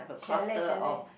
chalet chalet